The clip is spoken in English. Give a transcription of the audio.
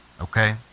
okay